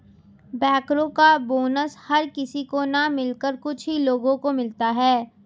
बैंकरो का बोनस हर किसी को न मिलकर कुछ ही लोगो को मिलता है